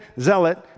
zealot